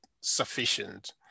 sufficient